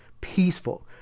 peaceful